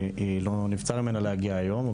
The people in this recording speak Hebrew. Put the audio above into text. ונבצר ממנה להגיע היום.